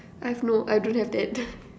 I've no I don't have that